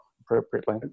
appropriately